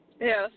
Yes